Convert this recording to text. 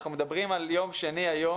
אנחנו מדברים על יום שני, היום,